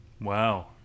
Wow